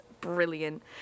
brilliant